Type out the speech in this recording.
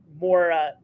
more